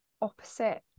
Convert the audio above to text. opposite